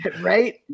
Right